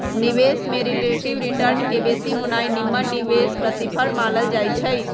निवेश में relative return के बेशी होनाइ निम्मन निवेश प्रतिफल मानल जाइ छइ